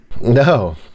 No